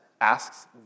asks